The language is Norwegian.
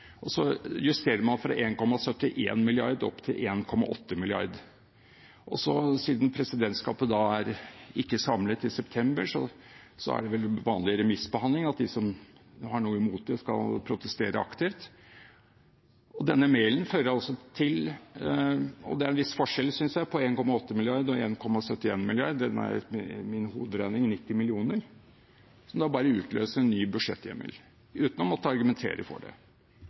og så justerer fra 1,71 mrd. kr til 1,8 mrd. kr. Siden presidentskapet ikke er samlet i september, er det vanlig remissbehandling at de som har noe imot det, skal protestere aktivt. Det er en viss forskjell, synes jeg, på 1,8 mrd. kr og1,71 mrd. kr. Det er etter min hoderegning 90 mill. kr, som da bare utløser ny budsjetthjemmel, uten å måtte argumentere for det,